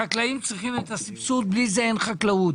החקלאים צריכים את הסבסוד, בלי זה אין חקלאות.